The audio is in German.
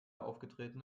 aufgetreten